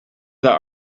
that